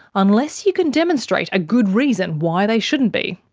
unless you can demonstrate a good reason why they shouldn't be.